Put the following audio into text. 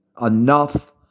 enough